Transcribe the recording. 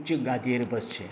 उच्च गादयेंर बसचें